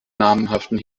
namhaften